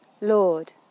Lord